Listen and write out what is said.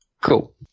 Cool